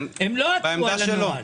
הם לא עתרו על הנוהל.